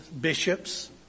bishops